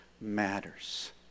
matters